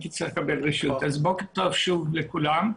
בוקר טוב לכולם.